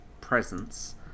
Presence